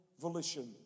volition